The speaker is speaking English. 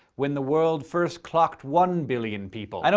when the world first clocked one billion people. and